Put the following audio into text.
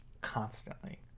constantly